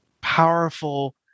powerful